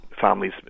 families